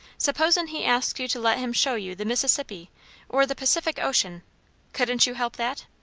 suppose'n he asked you to let him show you the mississippi or the pacific ocean couldn't you help that?